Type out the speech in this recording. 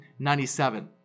97